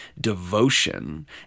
devotion